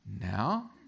Now